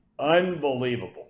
unbelievable